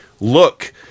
look